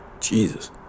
jesus